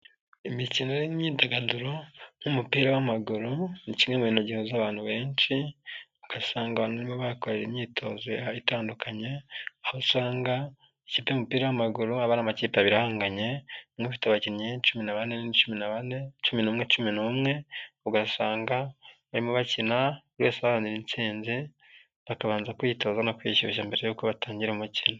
Imikino n'imyidagaduro nk'umupira w'amaguru ni kimwe mu bintu gihuza abantu benshi, ugasanga bakora imyitozo itandukanye, aho usanga ikipe y'umupira w'maguru, aba amakipe abihanganye n'ufite abakinnyi benshi cumi na bane, cumi n'umwe, ugasanga barimo bakina wese intsinzi bakabanza kwiyitoza no kwishyushya mbere yuko batangira umukino.